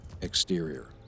Exterior